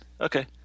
okay